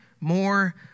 more